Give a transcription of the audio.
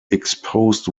exposed